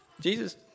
Jesus